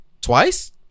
Twice